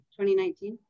2019